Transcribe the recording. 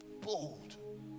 Bold